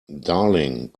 darling